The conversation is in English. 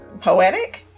poetic